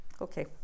okay